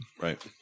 Right